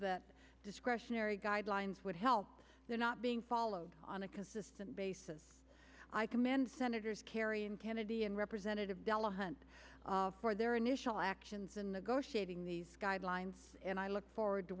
that discretionary guidelines would help they're not being followed on a consistent basis i commend senators kerry and kennedy and representative delahunt for their initial actions and negotiating these guidelines and i look forward to